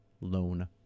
loan